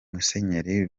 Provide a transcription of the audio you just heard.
musenyeri